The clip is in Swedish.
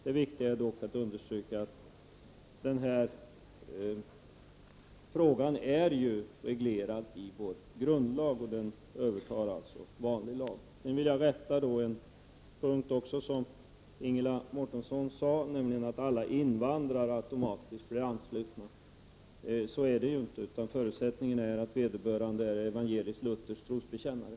Det viktiga är dock att understryka att den här frågan ju är reglerad i vår grundlag, som övertar vanlig lag. Sedan vill jag på en punkt rätta till en sak. Ingela Mårtensson sade att alla invandrare automatiskt blir anslutna till svenska kyrkan. Så är det inte. Förutsättningen är att vederbörande är evangelisk-luthersk trosbekännare.